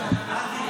להעביר